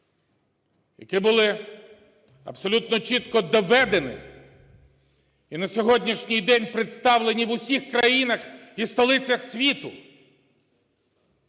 які були абсолютно чітко доведені і на сьогоднішній день представлені в усіх країнах і столицях світу,